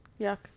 yuck